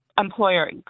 employer